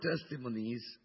testimonies